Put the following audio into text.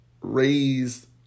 raised